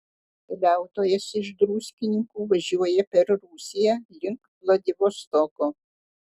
keliautojas iš druskininkų važiuoja per rusiją link vladivostoko